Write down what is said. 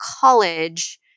college